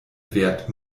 wert